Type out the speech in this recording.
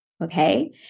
Okay